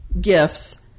gifts